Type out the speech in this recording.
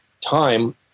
time